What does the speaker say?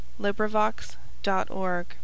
LibriVox.org